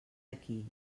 aquí